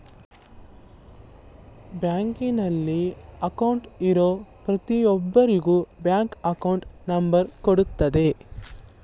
ಬ್ಯಾಂಕಲ್ಲಿ ಅಕೌಂಟ್ಗೆ ಇರೋ ಪ್ರತಿಯೊಬ್ಬರಿಗೂ ಬ್ಯಾಂಕ್ ಅಕೌಂಟ್ ನಂಬರ್ ಕೊಡುತ್ತಾರೆ